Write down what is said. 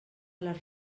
les